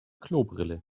klobrille